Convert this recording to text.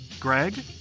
Greg